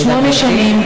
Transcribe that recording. שמונה שנים,